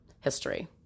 history